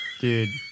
dude